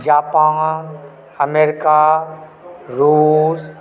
Japan America रूस